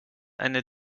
eine